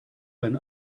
when